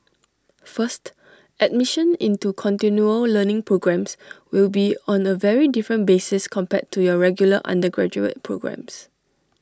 first admission into continual learning programmes will be on A very different basis compared to your regular undergraduate programmes